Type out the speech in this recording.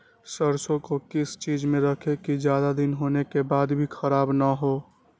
सरसो को किस चीज में रखे की ज्यादा दिन होने के बाद भी ख़राब ना हो?